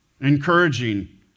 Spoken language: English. encouraging